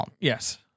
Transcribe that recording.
Yes